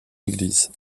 églises